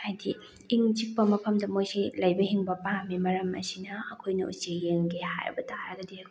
ꯍꯥꯏꯗꯤ ꯏꯪ ꯆꯤꯛꯄ ꯃꯐꯝꯗ ꯃꯣꯏꯁꯦ ꯂꯩꯕ ꯍꯤꯡꯕ ꯄꯥꯝꯃꯦ ꯃꯔꯝ ꯑꯁꯤꯅ ꯑꯩꯈꯣꯏꯅ ꯎꯆꯦꯛ ꯌꯦꯡꯒꯦ ꯍꯥꯏꯕ ꯇꯥꯔꯒꯗꯤ